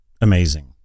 amazing